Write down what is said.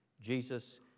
Jesus